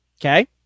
Okay